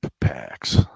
packs